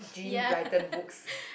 Jean Blyton books